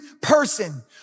person